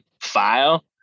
file